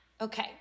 Okay